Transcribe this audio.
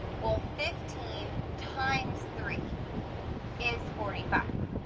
well fifteen times three is forty-five.